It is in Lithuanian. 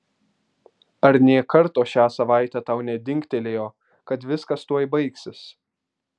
ar nė karto šią savaitę tau nedingtelėjo kad viskas tuoj baigsis